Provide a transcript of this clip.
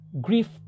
grief